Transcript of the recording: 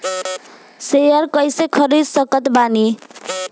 Share कइसे खरीद सकत बानी?